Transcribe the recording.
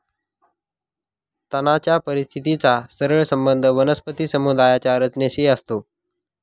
तणाच्या परिस्थितीचा सरळ संबंध वनस्पती समुदायाच्या रचनेशी असतो